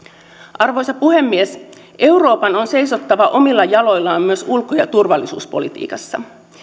arvoisa puhemies euroopan on seisottava omilla jaloillaan myös ulko ja turvallisuuspolitiikassa